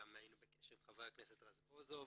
היינו גם בקשר עם חבר הכנסת רזבוזוב.